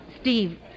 Steve